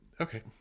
Okay